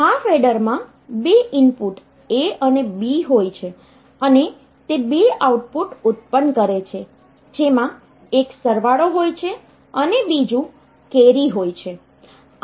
half એડરમાં બે input A અને B હોય છે અને તે બે આઉટપુટ ઉત્પન્ન કરે છે જેમાં એક સરવાળો હોય છે અને બીજું કેરી હોય છે